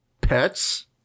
pets